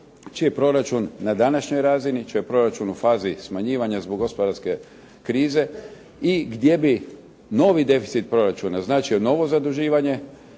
čiji je proračun na današnjoj razini, čiji je proračun u fazi smanjivanja zbog gospodarske krize i gdje bi novi deficit proračuna značio novo zaduživanje,